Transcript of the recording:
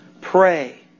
pray